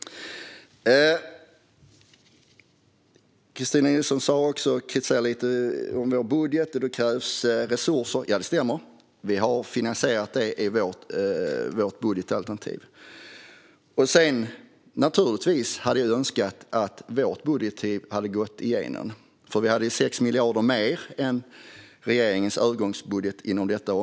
Kristina Nilsson kritiserade även vår budget lite grann. Hon säger att det krävs resurser. Ja, det stämmer. Vi har finansierat detta i vårt budgetalternativ. Jag önskar naturligtvis att vårt alternativ hade gått igenom. Vi hade nämligen 6 miljarder mer på detta område jämfört med övergångsbudgetens förslag.